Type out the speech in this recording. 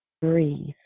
Breathe